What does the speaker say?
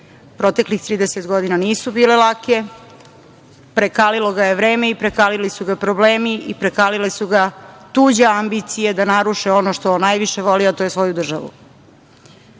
Proteklih 30 godina nisu bile lake, prekalilo ga je vreme i prekalili su ga problemi prekalile su ga tuđe ambicije da naruše ono što on najviše voli, a to je svoju državu. Najveći